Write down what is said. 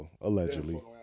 Allegedly